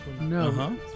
No